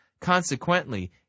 Consequently